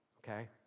Okay